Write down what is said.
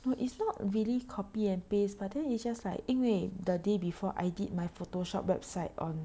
no it's not really copy and paste but then it's just like 因为 the day before I did my Photoshop website on